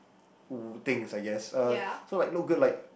woo things I guess uh so like look good like